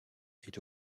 est